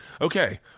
okay